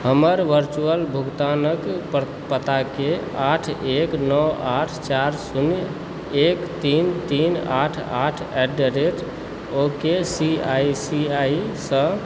हमर वर्चुअल भुगतानक पताकेँ आठ एक नओ आठ चारि शुन्य एक तीन तीन आठ आठ at the rate O K C I C आइसँ